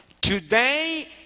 Today